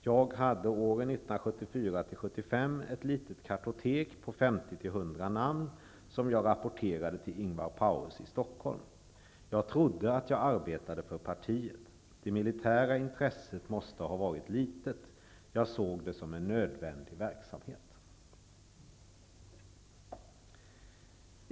Jag hade åren 1974--75 ett litet kartotek på 50--100 namn, som jag rapporterade till Ingvar Paues i Stockholm. Jag trodde att jag arbetade för partiet. Det militära intresset måste ha varit litet. Jag såg det som en nödvändig verksamhet.''